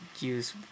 use